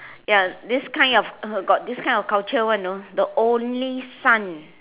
ya this kind of got this kind of culture [one] you know the only son